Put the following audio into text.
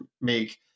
make